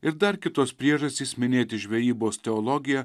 ir dar kitos priežastys minėti žvejybos teologiją